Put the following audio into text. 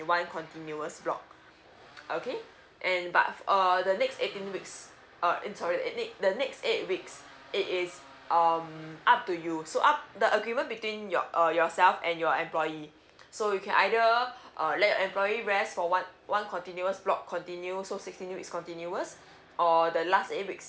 one continuous block okay and but err the next eighteen weeks uh in sorry at it the next eight weeks it is um up to you so up the agreement between your err yourself and your employee so you can either uh let employee rest for one continuous block continue so sixteen weeks continuous or the last eight weeks